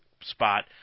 spot